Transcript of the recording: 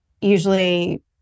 usually